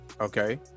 Okay